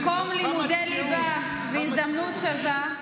במקום לימודי ליבה והזדמנות שווה,